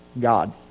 God